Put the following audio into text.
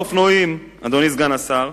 אדוני סגן השר,